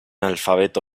alfabeto